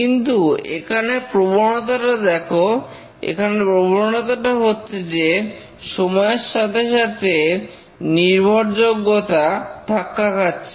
কিন্তু এখানে প্রবণতাটা দেখো এখানে প্রবণতাটা হচ্ছে যে সময়ের সাথে সাথে নির্ভরযোগ্যতা ধাক্কা খাচ্ছে